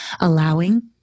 allowing